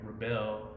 rebel